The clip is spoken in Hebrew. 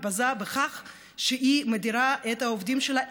מתבזה בכך שהיא מדירה את העובדים שלה,